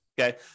okay